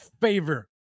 favor